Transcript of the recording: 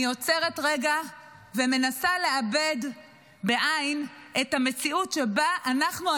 אני עוצרת רגע ומנסה לעבד את המציאות שבה אנחנו,